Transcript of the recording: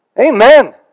Amen